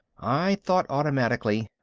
i thought automatically,